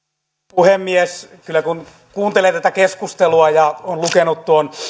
puhemies kun kuuntelee tätä keskustelua ja on lukenut tuon